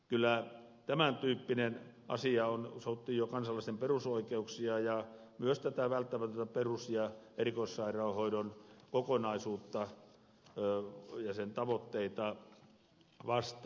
kyllä tämän tyyppinen asia sotii jo kansalaisten perusoikeuksia ja myös tätä välttämätöntä perus ja erikoissairaanhoidon kokonaisuutta ja sen tavoitteita vastaan